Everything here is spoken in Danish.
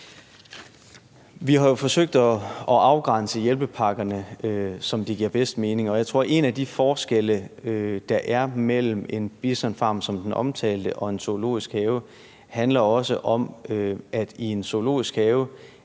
Vi har jo forsøgt at afgrænse hjælpepakkerne, som det giver bedst mening. Og jeg tror, at en af de forskelle, der er mellem en bisonfarm, som den omtalte, og en zoologisk have, også handler om, at i en zoologisk have